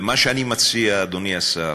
ומה שאני מציע, אדוני השר,